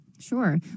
Sure